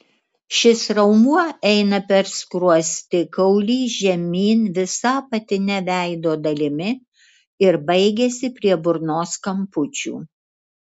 šis raumuo eina per skruostikaulį žemyn visa apatine veido dalimi ir baigiasi prie burnos kampučių